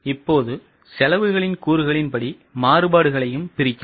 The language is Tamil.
இப்போது செலவுகளின் கூறுகளின் படி மாறுபாடுகளையும் பிரிக்கலாம்